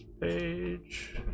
page